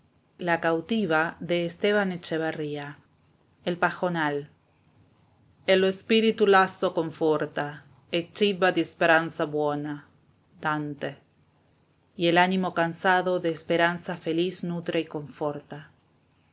el pajonal e lo spirito lasso conforta e ciba di speranza buena dante y el ánimo cansado de esperanza feliz nutre y conforta